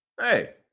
Hey